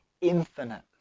infinite